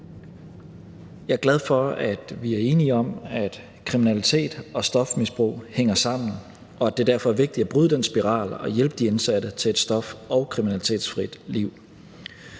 Jeg er glad for, at vi er enige om, at kriminalitet og stofmisbrug hænger sammen, og at det derfor er vigtigt at bryde den spiral og hjælpe de indsatte til et stof- og kriminalitetsfrit liv.